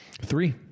Three